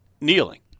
kneeling